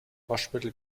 waschmittel